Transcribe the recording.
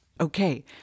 Okay